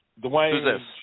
Dwayne